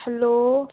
hello